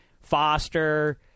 Foster